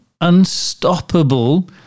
unstoppable